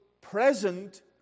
present